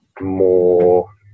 more